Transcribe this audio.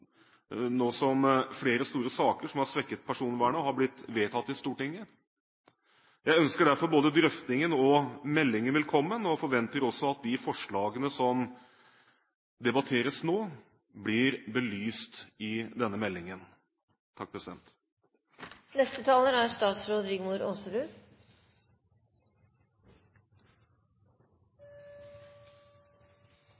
nå som flere store saker som har svekket personvernet, har blitt vedtatt i Stortinget. Jeg ønsker derfor både drøftingen og meldingen velkommen, og forventer også at de forslagene som debatteres nå, blir belyst i denne meldingen. Denne saken viser med all tydelighet hvor omfattende personvern er.